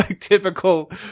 typical